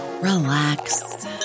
relax